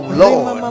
lord